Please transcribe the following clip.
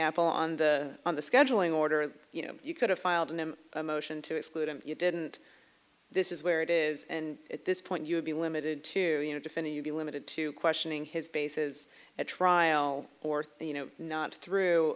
apple on the on the scheduling order you know you could have filed them a motion to exclude him you didn't this is where it is and at this point you would be limited to defending you'd be limited to questioning his bases at trial or you know not through